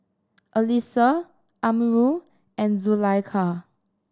Alyssa Amirul and Zulaikha